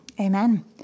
Amen